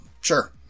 sure